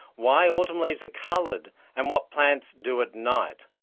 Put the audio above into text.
why autumn leaves are coloured and what plants do at night.